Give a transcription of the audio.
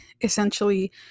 essentially